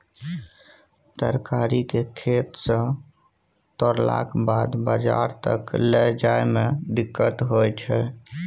तरकारी केँ खेत सँ तोड़लाक बाद बजार तक लए जाए में दिक्कत होइ छै